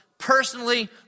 personally